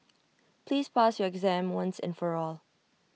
please pass your exam once and for all